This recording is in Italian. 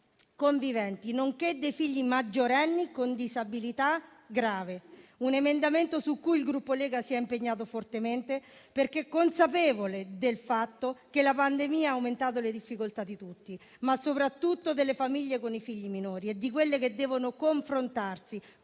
conviventi, nonché dei figli maggiorenni con disabilità grave. Si tratta di un emendamento su cui il Gruppo Lega si è impegnato fortemente perché consapevole del fatto che la pandemia ha aumentato le difficoltà di tutti, ma soprattutto delle famiglie con i figli minori e di quelle che devono confrontarsi